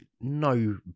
no